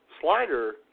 Slider